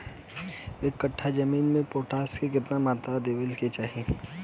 एक कट्ठा जमीन में पोटास के केतना मात्रा देवे के चाही?